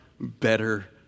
better